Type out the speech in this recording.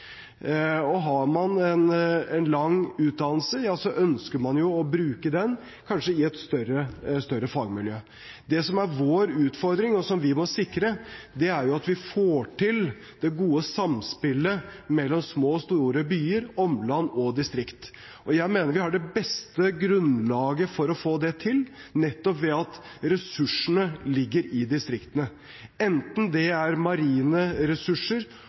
Har man en lang utdannelse, ønsker man å bruke den kanskje i et større fagmiljø. Det som er vår utfordring, og som vi må sikre, er at vi får til det gode samspillet mellom små og store byer, omland og distrikt. Jeg mener vi har det beste grunnlaget for å få det til nettopp ved at ressursene ligger i distriktene. Enten det er marine ressurser,